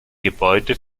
gebäude